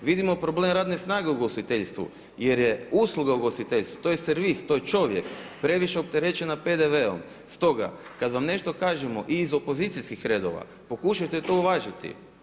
Vidimo problem radne snage u ugostiteljstvu, jer je usluga ugostiteljstvu, to je servis, to je čovjek, previše opterećena PDV-ovm, stoga kada vam nešto kažemo iz opozicijskih redova pokušajte to uvažiti.